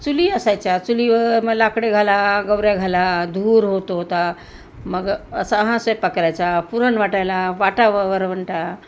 चुली असायच्या चुलीवर मग लाकडे घाला गौऱ्या घाला धूर होत होता मग असा हा स्वयंपाक करायचा पुरण वाटायला पाटा वरवंटा